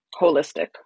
holistic